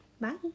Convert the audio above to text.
Bye